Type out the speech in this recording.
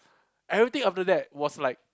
everything after that was like